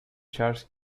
charles